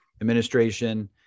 administration